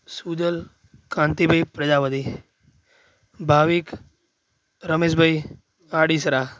Sujal Kantibhai Prajapati Bhavik Rameshbhai Adisara